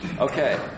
Okay